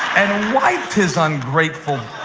and wiped his ungrateful